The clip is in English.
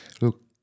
look